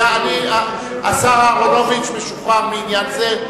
השר אהרונוביץ משוחרר מהעניין הזה.